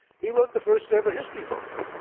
he wrote the first-ever history book.